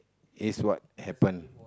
here's what happen